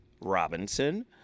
Robinson